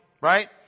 right